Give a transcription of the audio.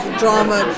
drama